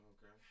Okay